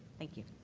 thank you.